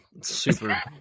Super